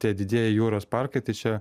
tie didieji jūros parkai tai čia